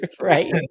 Right